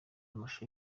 amashusho